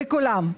לכולם.